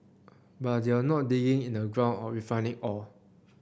but they're not digging in the ground or refining ore